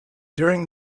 during